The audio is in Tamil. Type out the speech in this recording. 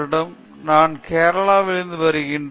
எஸ் ஐ செய்கிறேன் நான் கேரளாவிலிருந்து வருகிறேன்